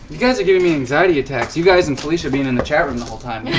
you guys are giving me anxiety attacks, you guys and felicia being in the chat room the whole time.